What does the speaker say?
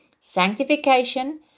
Sanctification